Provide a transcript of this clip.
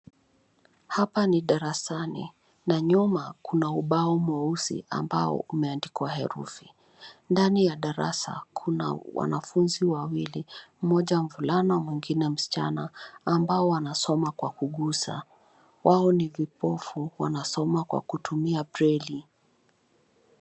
Hapa ni darasani na nyuma kuna ubao mweusi ambao umeandikwa herufi. Ndani ya darasa kuna wanafunzi wawili, mmoja mvulana mwingine msichana, ambao wanasoma kwa kugusa. Wao ni vipofu wanasoma kwa kutumia breli.